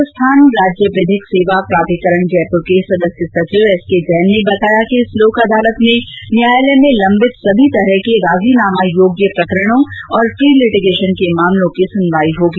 राजस्थान राज्य विधिक सेवा प्राधिकरण जयपुर के सदस्य सचिव एस के जैन ने बताया कि इस लोक अदालत में न्यायालय में लम्बित सभी तरह के राजीनामा योग्य प्रकरणों और प्रीलिटीगेशन के मामलों की सुनवाई होगी